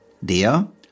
der